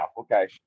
okay